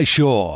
Shaw